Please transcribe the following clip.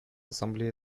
ассамблея